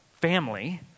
family